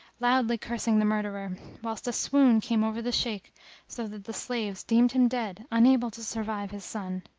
loudly cursing the murderer whilst a swoon came over the shaykh so that the slaves deemed him dead, unable to survive his son.